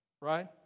right